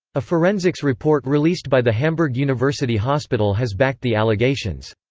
a forensics report released by the hamburg university hospital has backed the allegations.